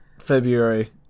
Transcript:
February